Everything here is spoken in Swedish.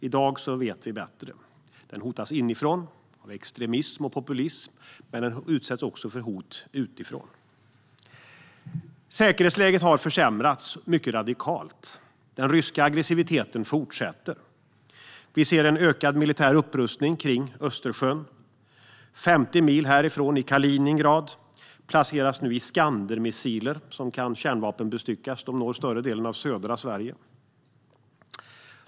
I dag vet vi bättre: Den hotas inifrån av extremism och populism, men den utsätts också för hot utifrån. Säkerhetsläget har försämrats mycket radikalt. Den ryska aggressiviteten fortsätter. Vi ser en ökad militär upprustning kring Östersjön. 50 mil härifrån, i Kaliningrad, placeras nu Iskandermissiler som kan kärnvapenbestyckas. De når större delen av södra Sverige.